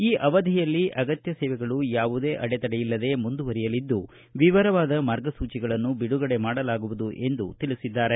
ಈ ಅವಧಿಯಲ್ಲಿ ಅಗತ್ಯ ಸೇವೆಗಳು ಯಾವುದೇ ಆಡೆತಡೆಯಿಲ್ಲದೆ ಮುಂದುವರಿಯಲಿದ್ದು ವಿವರವಾದ ಮಾರ್ಗಸೂಚಿಗಳನ್ನು ಬಿಡುಗಡೆ ಮಾಡಲಾಗುವುದು ಎಂದು ತಿಳಿಸಿದ್ದಾರೆ